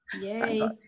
yay